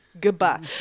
Goodbye